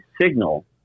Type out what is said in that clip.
signal